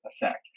effect